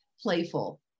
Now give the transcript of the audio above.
playful